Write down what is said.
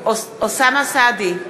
אוסאמה סעדי,